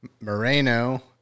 Moreno